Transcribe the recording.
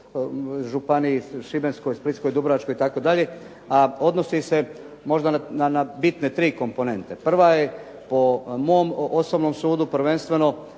županiji, Šibenskoj, Splitskoj, Dubrovačkoj itd., a odnosi se možda na bitne tri komponente. Prva je po mom osobnom sudu zaštita